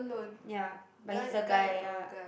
ya but he's a guy ya